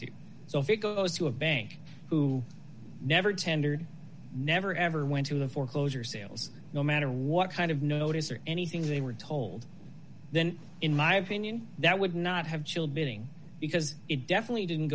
to so if it goes to a bank who never tendered never ever went to a foreclosure sales no matter what kind of notice or anything they were told then in my opinion that would not have chilled bidding because it definitely didn't